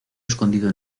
escondido